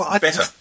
better